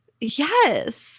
Yes